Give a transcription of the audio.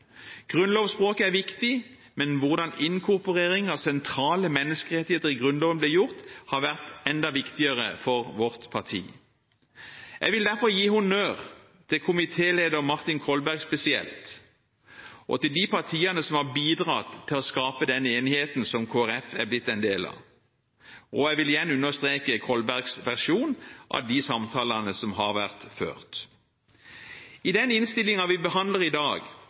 er viktig, men hvordan inkorporering av sentrale menneskerettigheter i Grunnloven blir gjort, har vært enda viktigere for vårt parti. Jeg vil derfor gi honnør til komitéleder Martin Kolberg spesielt og til de partiene som har bidratt til å skape denne enigheten som Kristelig Folkeparti er blitt en del av. Jeg vil igjen understreke Kolbergs versjon av de samtalene som har vært ført. I den innstillingen vi behandler i dag,